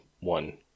one